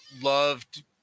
loved